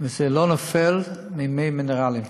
ולא נופלים ממים מינרליים.